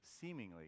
seemingly